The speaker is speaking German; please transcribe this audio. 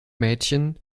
mädchen